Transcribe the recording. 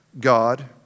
God